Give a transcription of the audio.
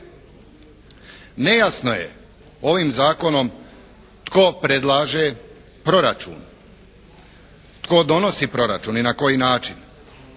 Nejasno je ovim zakonom tko predlaže proračun, tko donosi proračun i na koji način.